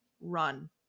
Run